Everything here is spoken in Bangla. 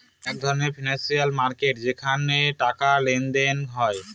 এক ধরনের ফিনান্সিয়াল মার্কেট যেখানে টাকার লেনদেন হয়